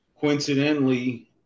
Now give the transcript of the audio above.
coincidentally